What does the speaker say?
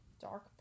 Dark